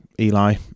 Eli